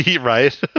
Right